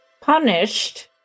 Punished